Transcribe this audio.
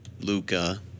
Luca